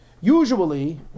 usually